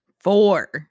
Four